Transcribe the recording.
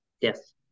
Yes